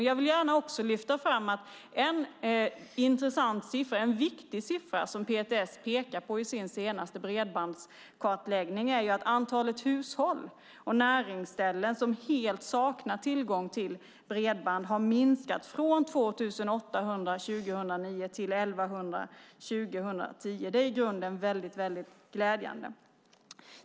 Jag vill också lyfta fram en viktig och intressant siffra som PTS pekar på i sin senaste bredbandskartläggning. Antalet hushåll och näringsställen som helt saknar tillgång till bredband har minskat från 2 800 år 2009 till 1 100 år 2010. Det är glädjande.